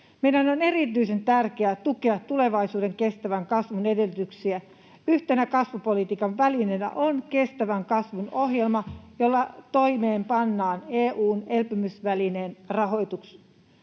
Meidän on erityisen tärkeää tukea tulevaisuuden kestävän kasvun edellytyksiä. Yhtenä kasvupolitiikan välineenä on kestävän kasvun ohjelma, jolla toimeenpannaan EU:n elpymisvälineen rahoitus.